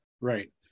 right